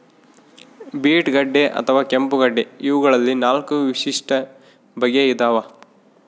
beet ಗಡ್ಡೆ ಅಥವಾ ಕೆಂಪುಗಡ್ಡೆ ಇವಗಳಲ್ಲಿ ನಾಲ್ಕು ವಿಶಿಷ್ಟ ಬಗೆ ಇದಾವ